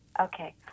Okay